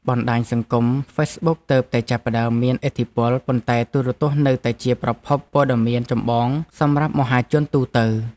បណ្តាញសង្គមហ្វេសប៊ុកទើបតែចាប់ផ្តើមមានឥទ្ធិពល ប៉ុន្តែទូរទស្សន៍នៅតែជាប្រភពព័ត៌មានចម្បងសម្រាប់មហាជនទូទៅ។